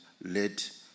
let